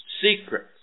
secret